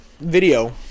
video